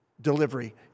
Delivery